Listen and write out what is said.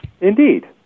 Indeed